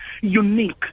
unique